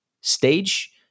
stage